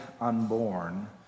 unborn